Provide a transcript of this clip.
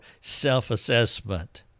self-assessment